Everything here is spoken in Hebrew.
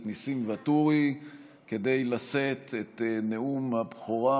נסים ואטורי כדי לשאת את נאום הבכורה.